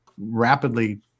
rapidly